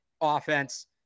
offense